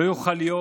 לא יוכל להיות